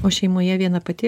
o šeimoje viena pati